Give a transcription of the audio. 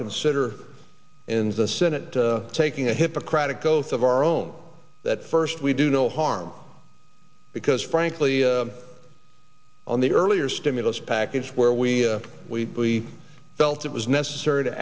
consider in the senate taking a hippocratic oath of our own that first we do no harm because frankly on the earlier stimulus package where we we felt it was necessary to